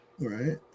Right